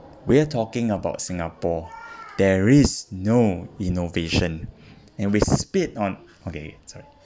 we're talking about singapore there is no innovation and we spit on okay sorry